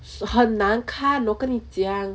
sh~ 很难看我跟你讲